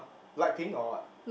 light pink or what